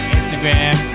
Instagram